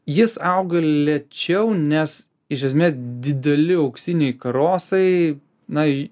jis auga lėčiau nes iš esmės dideli auksiniai karosai naj